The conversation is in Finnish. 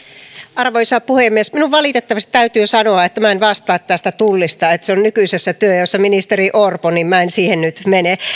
arvoisa puhemies minun valitettavasti täytyy sanoa että minä en vastaa tullista se on nykyisessä työnjaossa ministeri orpon niin että minä en siihen nyt mene